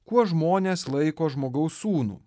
kuo žmonės laiko žmogaus sūnų